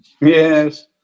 Yes